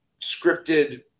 scripted